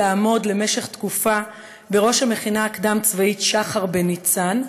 ולעמוד למשך תקופה בראש המכינה הקדם-צבאית שחר בניצן,